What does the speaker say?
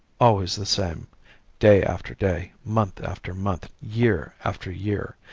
always the same day after day, month after month, year after year.